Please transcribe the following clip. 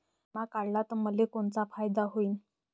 बिमा काढला त मले कोनचा फायदा होईन?